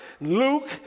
Luke